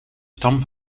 stam